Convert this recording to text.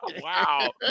Wow